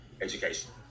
Education